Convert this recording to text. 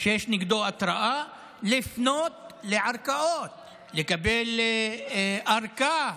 שיש נגדו התראה לפנות לערכאות כדי לקבל ארכה,